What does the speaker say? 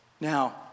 now